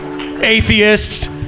atheists